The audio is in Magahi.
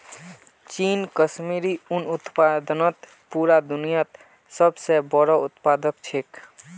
चीन कश्मीरी उन उत्पादनत पूरा दुन्यात सब स बोरो उत्पादक छिके